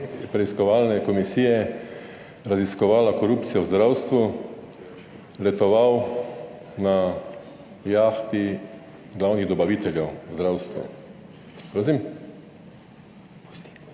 preiskovalne komisije raziskovala korupcijo v zdravstvu, letoval na jahti glavnih dobaviteljev zdravstva. / oglašanje iz